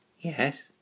Yes